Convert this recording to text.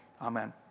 Amen